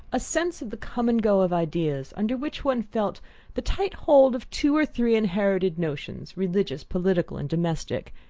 a sense of the come-and-go of ideas, under which one felt the tight hold of two or three inherited notions, religious, political, and domestic,